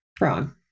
Wrong